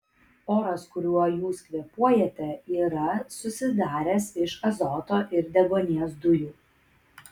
oras kuriuo jūs kvėpuojate yra susidaręs iš azoto ir deguonies dujų